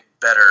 better